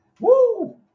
Woo